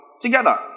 together